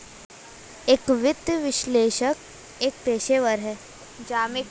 एक वित्तीय विश्लेषक एक पेशेवर है